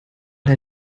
der